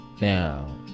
Now